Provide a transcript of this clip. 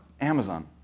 Amazon